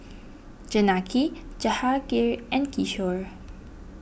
Janaki Jahangir and Kishore